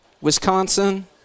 Wisconsin